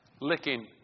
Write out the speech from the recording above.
licking